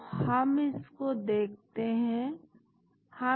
तो हम इसको देखते हैं